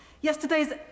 Yesterday's